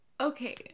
okay